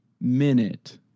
minute